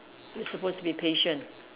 you supposed to be patient